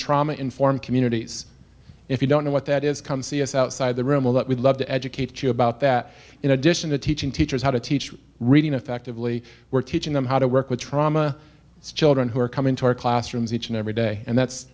trauma informed communities if you don't know what that is come see us outside the room all that we'd love to educate you about that in addition to teaching teachers how to teach reading effectively we're teaching them how to work with trauma children who are coming to our classrooms each and every day and that's